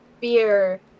beer